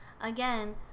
again